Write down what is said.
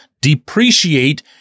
depreciate